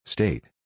State